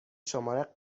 شماره